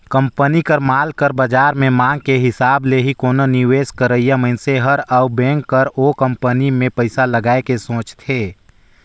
company कर माल कर बाजार में मांग के हिसाब ले ही कोनो निवेस करइया मनइसे हर अउ बेंक हर ओ कंपनी में पइसा लगाए के सोंचथे